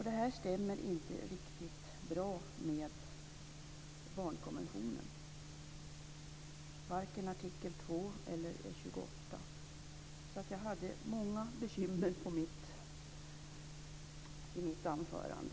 Det här stämmer inte så bra överens med barnkonventionen - vare sig när det gäller artikel 2 eller när det gäller artikel 28. Det är alltså många bekymmer som jag pekar på i detta mitt anförande.